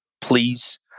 Please